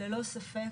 ללא ספק,